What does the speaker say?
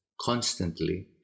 constantly